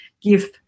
give